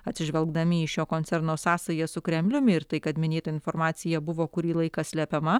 atsižvelgdami į šio koncerno sąsajas su kremliumi ir tai kad minėta informacija buvo kurį laiką slepiama